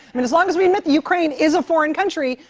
i mean, as long as we admit that ukraine is a foreign country,